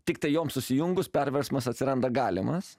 tiktai jom susijungus perversmas atsiranda galimas